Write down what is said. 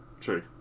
True